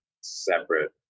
separate